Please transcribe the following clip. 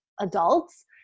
adults